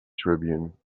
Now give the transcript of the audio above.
tribune